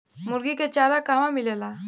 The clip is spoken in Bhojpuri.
मुर्गी के चारा कहवा मिलेला?